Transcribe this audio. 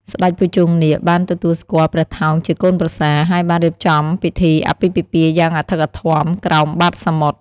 ស្ដេចភុជង្គនាគបានទទួលស្គាល់ព្រះថោងជាកូនប្រសារ ហើយបានរៀបចំពិធីអាពាហ៍ពិពាហ៍យ៉ាងអធិកអធមក្រោមបាតសមុទ្រ។